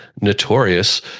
notorious